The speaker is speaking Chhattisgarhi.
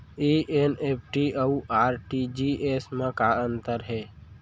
एन.ई.एफ.टी अऊ आर.टी.जी.एस मा का अंतर हे?